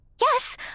Yes